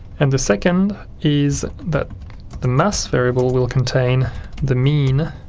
and the second is that the mass variable will will contain the mean